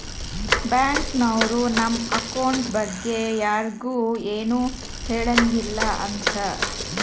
bank ನವ್ರು ನಮ್ account ಬಗ್ಗೆ ಯರ್ಗು ಎನು ಹೆಳಂಗಿಲ್ಲ ಅಂತ